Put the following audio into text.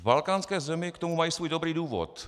V balkánské zemi k tomu mají svůj dobrý důvod.